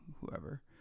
Whoever